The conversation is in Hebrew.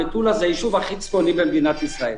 מטולה זה היישוב הכי צפוני במדינת ישראל.